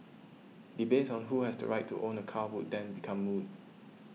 debates on who has the right to own a car would then become moot